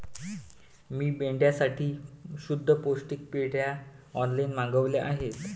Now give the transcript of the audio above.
मी मेंढ्यांसाठी शुद्ध पौष्टिक पेंढा ऑनलाईन मागवला आहे